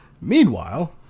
Meanwhile